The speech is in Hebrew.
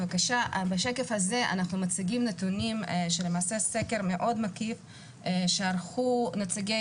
אנחנו מציגים נתונים של סקר מאוד מקיף שערכו נציגי